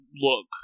Look